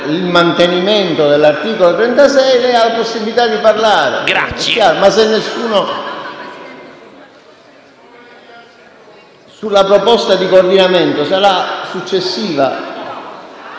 il mantenimento dell'articolo 36 avrà la possibilità di parlare. La votazione della proposta di coordinamento sarà successiva.